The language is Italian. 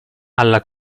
alla